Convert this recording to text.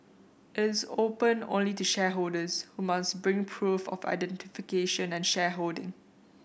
it is open only to shareholders who must bring proof of identification and shareholding